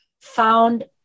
found